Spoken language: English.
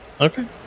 Okay